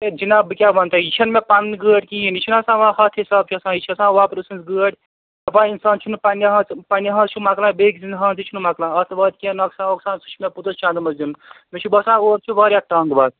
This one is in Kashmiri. ہے جناب بہٕ کیٛاہ وَنہٕ تۄہہِ یہِ چھَنہٕ مےٚ پَنٕنۍ گٲڑۍ کِہیٖنۍ یہِ چھِنہٕ آسان وۄنۍ ہَتھ حساب چھِ آسان یہِ چھِ آسان وۄپرٕ سٕنٛز گٲڑۍ دَپان اِنسان چھِنہٕ پنٛنہِ ہانٛژِ پنٛنہِ ہانٛژِ چھُ مَکلان بیٚیہِ کہِ سٕنٛزِ ہانٛژِ چھُنہٕ مَکلان اَتھ واتہِ کیٚنہہ نۄقصان وۄقصان سُہ چھِ مےٚ پوٚتٕس چنٛدٕ منٛز دیُن مےٚ چھُ باسان اور چھُ واریاہ ٹنٛگ وَتھ